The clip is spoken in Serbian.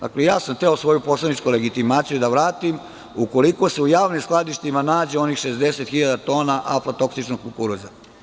Dakle, ja sam hteo svoju poslaničku legitimaciju da vratim, ukoliko se u javnim skladištima nađe onih 60 hiljada tona aflatoksičnog kukuruza.